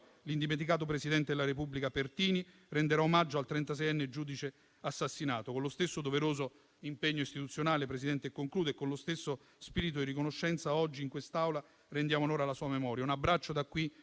l'indimenticato presidente della Repubblica Pertini renderà omaggio al trentaseienne giudice assassinato. Con lo stesso doveroso impegno istituzionale, Presidente, e con lo stesso spirito di riconoscenza oggi in quest'Aula rendiamo onore alla sua memoria. Un abbraccio da qui